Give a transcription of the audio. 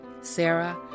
Sarah